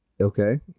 Okay